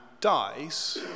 dies